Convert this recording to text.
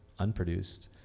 unproduced